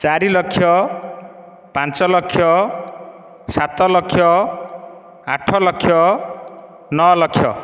ଚାରି ଲକ୍ଷ ପାଞ୍ଚ ଲକ୍ଷ ସାତ ଲକ୍ଷ ଆଠ ଲକ୍ଷ ନଅ ଲକ୍ଷ